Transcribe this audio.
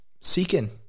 seeking